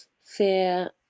fear